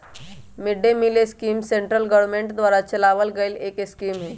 mid day meal scheme central government द्वारा चलावल गईल एक स्कीम हई